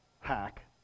hack